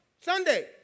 Sunday